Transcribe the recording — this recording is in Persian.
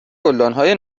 گلدانهای